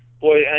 Boy